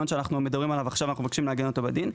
אנחנו מבקשים לעגן את המנגנון שאנחנו מדברים עליו עכשיו בדין.